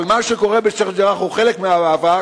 אבל מה שקורה בשיח'-ג'ראח הוא חלק מהמאבק.